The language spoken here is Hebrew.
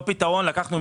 אותו פתרון מצאנו להם.